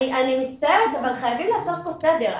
אני מצטערת אבל חייבים לעשות פה סדר.